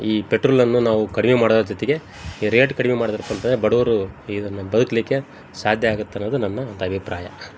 ಈ ಪೆಟ್ರೋಲನ್ನು ನಾವು ಕಡಿಮೆ ಮಾಡೋದ್ರ ಜೊತೆಗೆ ಈ ರೇಟ್ ಕಡಿಮೆ ಮಾಡಿದ್ರ್ ಬಡವ್ರು ಇದನ್ನ ಬದುಕ್ಲಿಕ್ಕೆ ಸಾಧ್ಯ ಆಗತ್ತೆ ಅನ್ನೋದು ನನ್ನ ಒಂದು ಅಭಿಪ್ರಾಯ